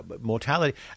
mortality